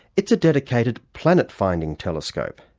it's a dedicated planet finding telescope.